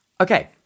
Okay